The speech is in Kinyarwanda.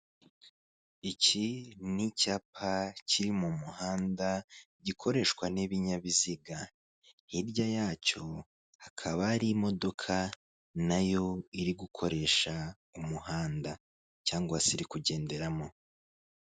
Iki ni icyapa kiri mu muhanda gikoreshwa n'ibinyabiziga, hirya yacyo hakaba hari imodoka nayo iri gukoresha umuhanda cyangwa se iri kugenderamo.